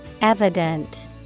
evident